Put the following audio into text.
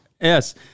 Yes